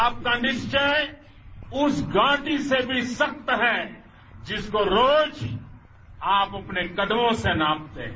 आपका निश्चय उस घाटी से भी सख्त है जिसको रोज आप अपने कदमों से नापते हैं